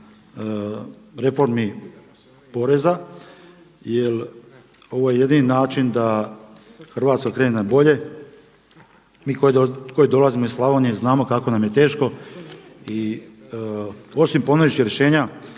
reformi poreza, jer ovo je jedini način da Hrvatska krene na bolje. Mi koji dolazimo iz Slavonije znamo kako nam je teško. Osim ponuđenih rješenja